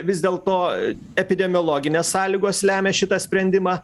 vis dėlto epidemiologinės sąlygos lemia šitą sprendimą